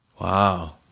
Wow